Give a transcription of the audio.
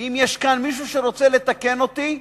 ואם יש כאן מישהו שרוצה לתקן אותי,